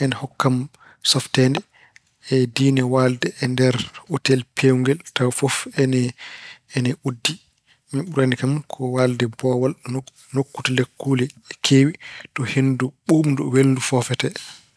Ena hokka kam softeende e diine waalde e nder otel peewngel, tawa fof ene uddii. Miin ɓurani kam ko waalde boowal, nokku to lekkuule keewi, to henndu ɓuuɓndu, welndu foofatee.